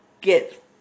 get